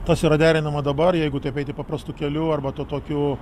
tas yra derinama dabar jeigu taip eiti paprastu keliu arba to tokiu